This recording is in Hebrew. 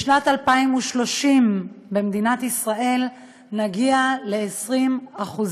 בשנת 2030 במדינת ישראל נגיע ל-20%